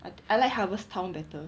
I I like harvest town better